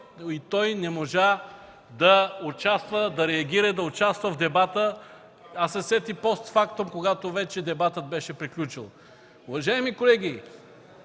и той не можа да реагира и да участва в дебата, а се сети постфактум, когато вече дебатът беше приключил. Уважаеми колеги,